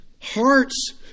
hearts